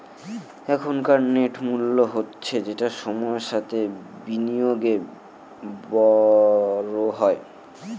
এখনকার নেট মূল্য হচ্ছে যেটা সময়ের সাথে বিনিয়োগে বড় হয়